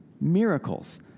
miracles